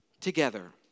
together